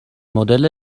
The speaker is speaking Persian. مدل